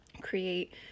create